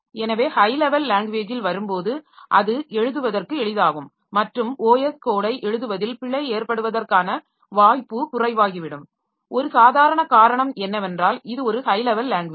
எனவே high level லாங்வேஜில் வரும்போது அது எழுதுவதற்கு எளிதாகும் மற்றும் OS கோடை எழுதுவதில் பிழை ஏற்படுவதற்கான வாய்ப்பு குறைவாகிவிடும் ஒரு சாதாரண காரணம் என்னவென்றால் இது ஒரு ஹை லெவல் லாங்வேஜ்